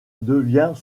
devient